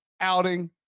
outing